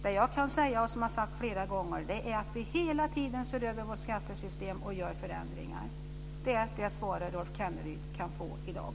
Vad jag kan säga, och som jag sagt flera gånger, är att vi hela tiden ser över vårt skattesystem och gör förändringar. Det är det svar som Rolf Kenneryd kan få i dag.